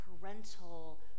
parental